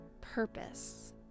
purpose